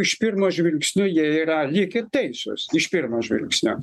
iš pirmo žvilgsnio jie yra lyg ir teisūs iš pirmo žvilgsnio